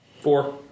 Four